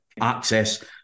access